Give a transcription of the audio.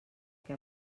que